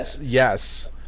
Yes